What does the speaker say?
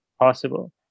possible